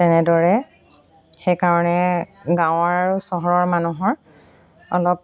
তেনেদৰে সেইকাৰণে গাঁৱৰ আৰু চহৰৰ মানুহৰ অলপ